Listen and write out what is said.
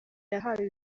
yahawe